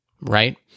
right